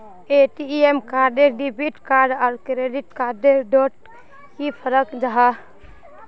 ATM card debit card आर credit card डोट की फरक जाहा?